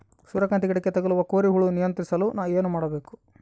ಸೂರ್ಯಕಾಂತಿ ಗಿಡಕ್ಕೆ ತಗುಲುವ ಕೋರಿ ಹುಳು ನಿಯಂತ್ರಿಸಲು ಏನು ಮಾಡಬೇಕು?